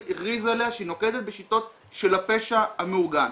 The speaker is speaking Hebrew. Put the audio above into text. הכריז עליה שהיא נוקטת בשיטות של הפשע המאורגן,